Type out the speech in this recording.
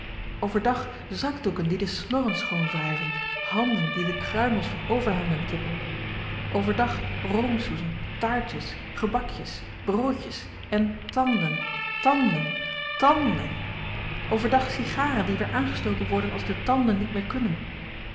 overdag zakdoeken die de snorren schoonwrijven handen die de kruimels van overhemden tippen overdag roomsoezen taartjes gebakjes broodjes èn tanden tanden tanden overdag sigaren die weer aangestoken worden als de tanden niet meer kunnen